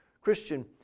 Christian